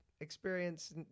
experience